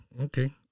Okay